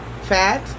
fat